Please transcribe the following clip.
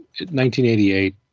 1988